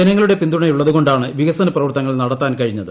ജനങ്ങളുടെ പിന്തുണയുള്ളതു കൊണ്ടാണ് വികസന പ്രവർത്തനങ്ങൾ നടത്താൻ കഴിഞ്ഞത്